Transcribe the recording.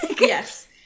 Yes